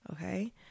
okay